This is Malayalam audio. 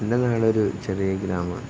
എന്റെ നാടൊരു ചെറിയ ഗ്രാമമാണ്